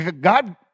God